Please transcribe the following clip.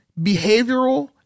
behavioral